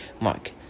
mark